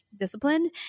disciplined